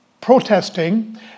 protesting